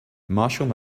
marshall